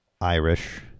Irish